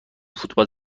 فوتبال